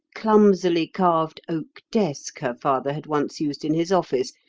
clumsily carved oak desk her father had once used in his office,